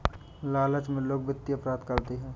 लालच में लोग वित्तीय अपराध करते हैं